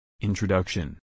Introduction